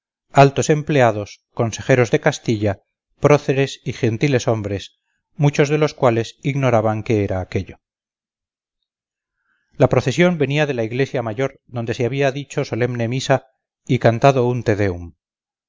altos empleados consejeros de castilla próceres y gentileshombres muchos de los cuales ignoraban qué era aquello la procesión venía de la iglesia mayor donde se había dicho solemne misa y cantado un te